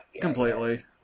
completely